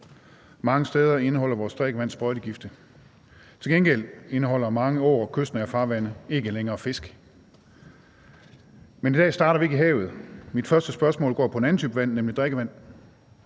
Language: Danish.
Mange steder indeholder vores drikkevand sprøjtegifte. Til gengæld indeholder mange åer og kystnære farvande ikke længere fisk. Men i dag starter vi ikke i havet. Mit første spørgsmål går på en anden type vand, nemlig drikkevand.